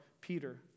Peter